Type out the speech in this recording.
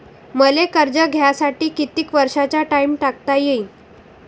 मले कर्ज घ्यासाठी कितीक वर्षाचा टाइम टाकता येईन?